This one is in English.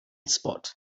spot